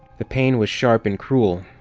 the pain was sharp and cruel,